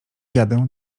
jadę